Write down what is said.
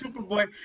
Superboy